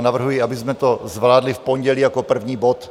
Navrhuji, abychom to zvládli v pondělí jako první bod.